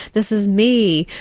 this is me.